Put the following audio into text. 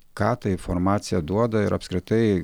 ką ta informacija duoda ir apskritai